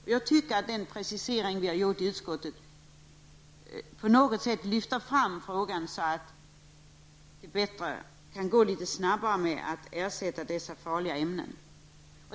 Jag tycker att utskottets precisering på något sätt lyfter fram frågan så att det kan gå litet snabbare att ersätta dessa farliga ämnen.